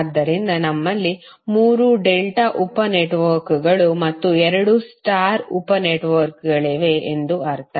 ಆದ್ದರಿಂದ ನಮ್ಮಲ್ಲಿ 3 ಡೆಲ್ಟಾ ಉಪ ನೆಟ್ವರ್ಕ್ಗಳು ಮತ್ತು 2 ಸ್ಟಾರ್ ಉಪ ನೆಟ್ವರ್ಕ್ಗಳಿವೆ ಎಂದು ಅರ್ಥ